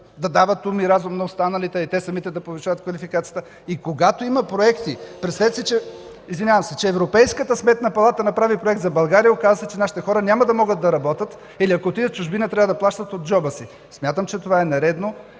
да дават ум и разум на останалите и те самите да повишават квалификацията си. И когато има проекти – представете си, че Европейската сметна палата направи проект за България, оказва се, че нашите хора няма да могат да работят, или ако отидат в чужбина, трябва да плащат от джоба си. Смятам, че това е нередно